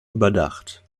überdacht